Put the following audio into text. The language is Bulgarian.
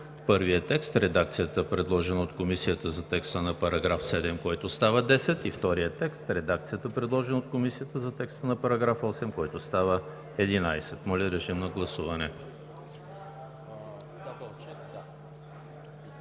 Първият текст – редакцията, предложена от Комисията за текста на § 7, който става 10, и вторият текст – редакцията, предложена от Комисията за текста на § 8, който става 11. Гласували